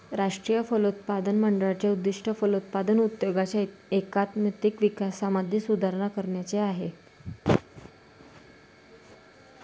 राष्ट्रीय फलोत्पादन मंडळाचे उद्दिष्ट फलोत्पादन उद्योगाच्या एकात्मिक विकासामध्ये सुधारणा करण्याचे आहे